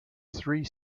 three